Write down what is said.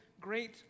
great